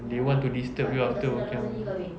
they want to disturb you after working hours